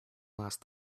last